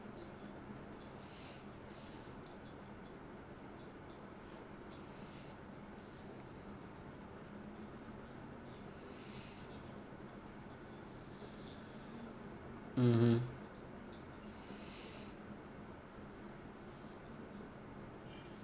mmhmm